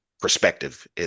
perspective